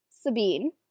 Sabine